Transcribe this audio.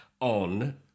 on